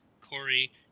Corey